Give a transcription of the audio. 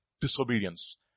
disobedience